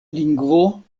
lingvo